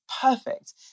perfect